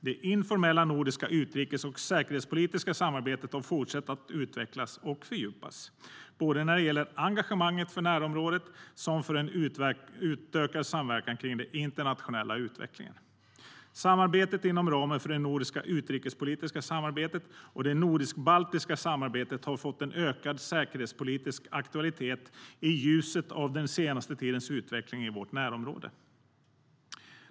Det informella nordiska utrikes och säkerhetspolitiska samarbetet har fortsatt att utvecklas och fördjupas när det gäller både engagemanget för närområdet och en utökad samverkan kring den internationella utvecklingen. Samarbetet inom ramen för det nordiska utrikespolitiska samarbetet och det nordisk-baltiska samarbetet har fått en ökad säkerhetspolitisk aktualitet i ljuset av den senaste tidens utveckling i vårt närområde.